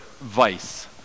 vice